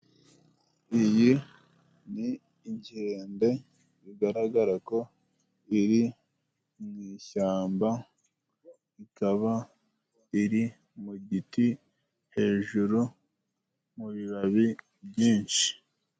Iyi ni inkende bigaragara ko iri mu ishyamba, ikaba iri mu giti hejuru mu bibabi byinshi.